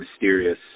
mysterious